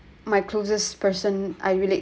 my closest person I relate